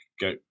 Go